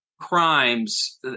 Crimes